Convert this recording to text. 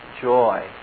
joy